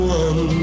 one